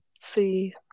See